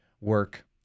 work